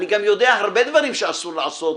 אני גם יודע הרבה דברים שאסור לעשות